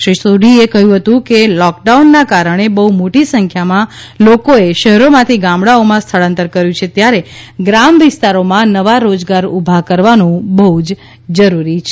શ્રી સોઢીએ કહ્યું હતું કે લોક ડાઉનના કારણે બહ્ મોટી સંખ્યામાં લોકોએ શહેરોમાથી ગામડાઓમાં સ્થળાંતર કર્યું છે ત્યારે ગ્રામ વિસ્તારોમાં નવા રોજગાર ઊભા કરવાનું બહ્ જરૂરી છે